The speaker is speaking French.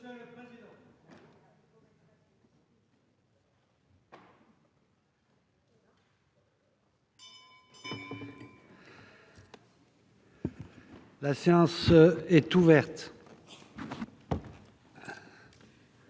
La séance est ouverte.